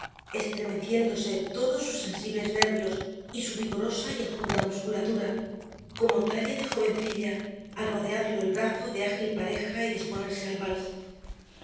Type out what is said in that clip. estremeciéndose todos sus sensibles nervios y su vigorosa y enjuta musculatura como talle de jovencilla al rodearlo el brazo de ágil pareja y disponerse al vals